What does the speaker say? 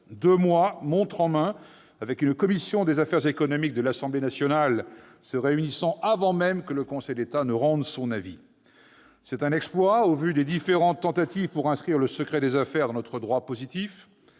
deux mois montre en main, avec une commission des affaires économiques de l'Assemblée nationale se réunissant avant même que Conseil d'État ne rende son avis. C'est un exploit au vu des différentes tentatives pour inscrire le secret des affaires dans notre droit positif.